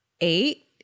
eight